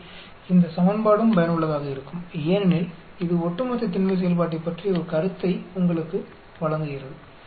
எனவே இந்த சமன்பாடும் பயனுள்ளதாக இருக்கும் ஏனெனில் இது ஒட்டுமொத்த திண்மை செயல்பாட்டைப் பற்றிய ஒரு கருத்தை உங்களுக்கு வழங்குகிறது